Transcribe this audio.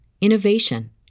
innovation